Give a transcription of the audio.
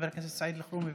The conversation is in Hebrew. חבר הכנסת סעיד אלחרומי,